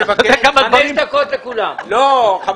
חמש דקות לכולם.